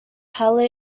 halle